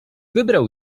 wybrał